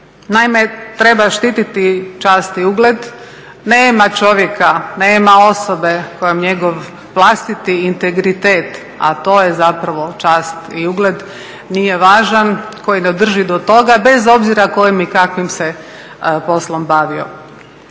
Naime, treba štititi čast i ugled. Nema čovjeka, nema osobe kojom njegov vlastiti integritet, a to je zapravo čast i ugled nije važan, koji ne drži do toga bez obzira kojim i kakvim se poslom bavio.